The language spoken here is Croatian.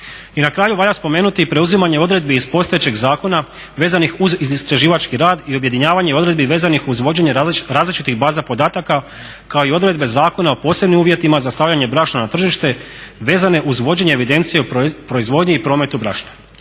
I na kraju valja spomenuti i preuzimanje odredbi iz postojećeg zakona vezanih uz istraživački rad i objedinjavanje odredbi vezanih uz vođenje različitih baza podataka kao i odredbe zakona o posebnim uvjetima za stavljanje brašna na tržište vezane uz vođenje evidencije o proizvodnji i prometu brašna.